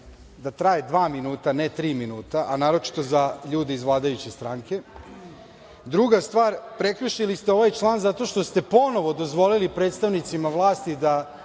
da traje dva minuta, ne tri minuta, a naročito za ljude iz vladajuće stranke. Druga stvar, prekršili ste ovaj član zato što ste ponovo dozvolili predstavnicima vlasti da